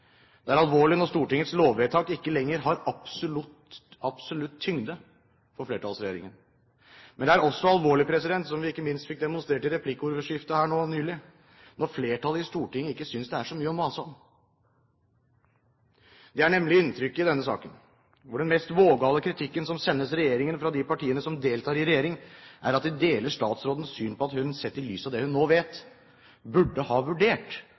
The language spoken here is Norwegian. Det er alvorlig når Stortingets lovvedtak ikke lenger har absolutt tyngde for flertallsregjeringen. Men det er også alvorlig, som vi ikke minst fikk demonstrert i replikkordskiftet nylig, når flertallet i Stortinget ikke synes det er så mye å mase om. Det er nemlig inntrykket i denne saken. Den mest vågale kritikken som sendes regjeringen fra de partiene som deltar i regjering, er at de deler statsrådens syn på at hun, sett i lys av det hun nå vet, «burde vurdert»